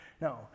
No